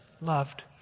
loved